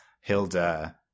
Hilda